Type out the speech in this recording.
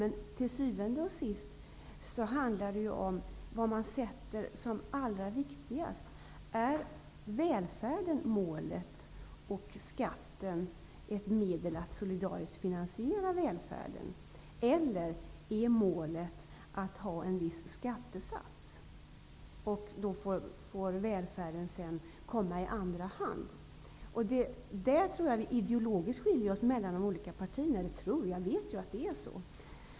Men till syvende och sist handlar det om vad man ser som viktigast: Är välfärden målet och skatten ett medel att solidariskt finansiera välfärden? Eller är målet att ha en viss skattesats, och så får välfärden komma i andra hand? På den punkten skiljer sig de olika partierna åt ideologiskt.